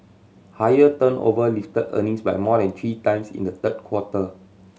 higher turnover lifted earnings by more than three times in the third quarter